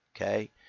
Okay